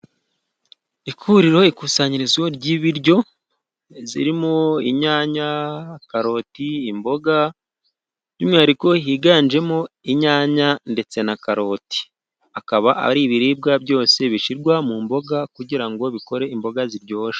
Ihuriro, ikusanyirizo ry'ibiryo, zirimo inyanya, karoti, imboga, by'umwihariko higanjemo inyanya, ndetse na karoti. Akaba ari ibiribwa byose bishyirwa mu mboga, kugira ngo bikore imboga ziryoshye.